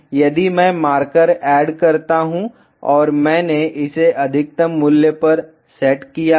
यदि मैं marker add करता हूं और मैंने इसे अधिकतम मूल्य पर सेट किया है